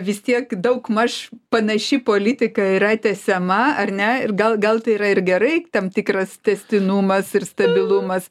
vis tiek daugmaž panaši politika yra tęsiama ar ne ir gal gal tai yra ir gerai tam tikras tęstinumas ir stabilumas